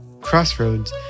Crossroads